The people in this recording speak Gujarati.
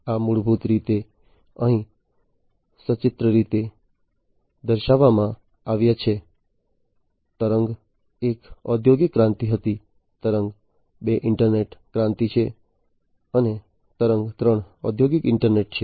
આ મૂળભૂત રીતે અહીં સચિત્ર રીતે દર્શાવવામાં આવ્યા છે તરંગ એક ઔદ્યોગિક ક્રાંતિ હતી તરંગ બે ઇન્ટરનેટ ક્રાંતિ છે અને તરંગ ત્રણ ઔદ્યોગિક ઇન્ટરનેટ છે